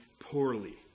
poorly